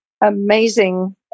amazing